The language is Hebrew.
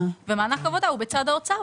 ומענק עבודה הוא בצד האוצר,